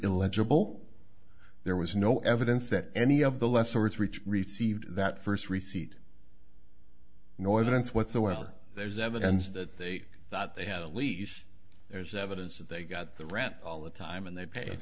illegible there was no evidence that any of the lesser its rich received that first receipt noise events whatsoever there's evidence that they thought they had a lease there's evidence that they got the ranch all the time and they paid